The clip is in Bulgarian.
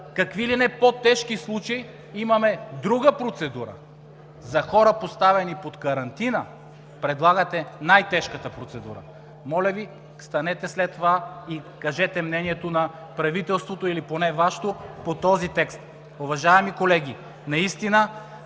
какви ли не по-тежки случаи, имаме друга процедура. За хора, поставени под карантина, предлагате най-тежката процедура. Моля Ви, станете след това и кажете мнението на правителството, или поне Вашето, по този текст. Уважаеми колеги, наистина